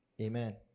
Amen